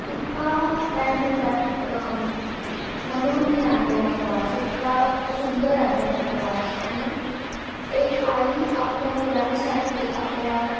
इतका काय म्हणतात मनोज्ञ आहे हा प्रवास इतका सुंदर आहे हा प्रवास आणि एक आई आपल्या मुलांसाठी आपल्या